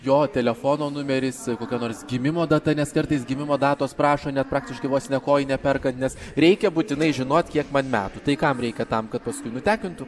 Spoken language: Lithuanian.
jo telefono numeris kokio nors gimimo data nes kartais gimimo datos prašo net praktiškai vos ne kojinę perkant nes reikia būtinai žinot kiek man metų tai kam reikia tam kad paskui nutekintų